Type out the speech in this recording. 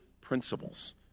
principles